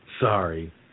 Sorry